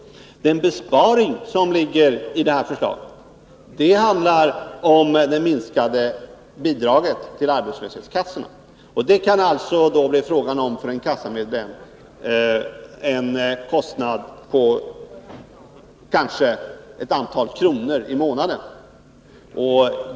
Den besparing som ligger i det här förslaget handlar om det minskade bidraget till arbetslöshetskassorna: Det kan alltså för en kassamedlem bli fråga om en kostnad på kanske ett antal kronor i månaden.